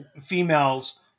females